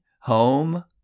Home